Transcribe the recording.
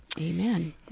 Amen